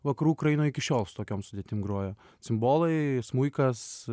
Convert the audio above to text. vakarų ukrainoj iki šiol su tokiom sudėtim groja cimbolai smuikas